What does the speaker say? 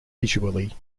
visually